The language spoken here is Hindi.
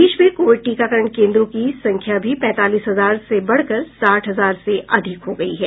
देश में कोविड टीकाकरण केन्द्रों की संख्या भी पैंतालीस हजार से बढ़कर साठ हजार से अधिक हो गई है